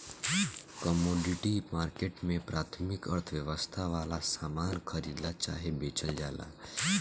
commodity market में प्राथमिक अर्थव्यवस्था वाला सामान खरीदल चाहे बेचल जाला